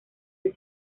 del